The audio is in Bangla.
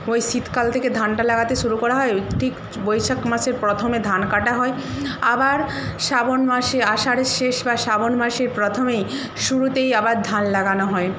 ওই শীতকাল থেকে ধানটা লাগাতে শুরু করা হয় ওই ঠিক বৈশাখ মাসের প্রথমে ধান কাটা হয় আবার শ্রাবণ মাসে আষাঢ়ের শেষ বা শ্রাবণ মাসের প্রথমেই শুরুতেই আবার ধান লাগানো হয়